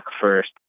first